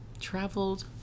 Traveled